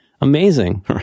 amazing